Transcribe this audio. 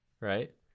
right